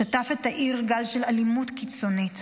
שטף את העיר גל של אלימות קיצונית.